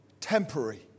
temporary